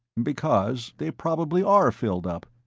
because they probably are filled up.